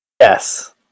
yes